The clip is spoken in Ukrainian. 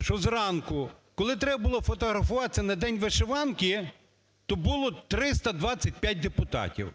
Що зранку, коли треба було фотографуватися на День вишиванки, то було 325 депутатів.